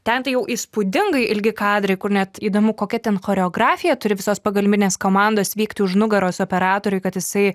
ten tai jau įspūdingai ilgi kadrai kur net įdomu kokia ten choreografija turi visos pagalbinės komandos vykti už nugaros operatoriui kad jisai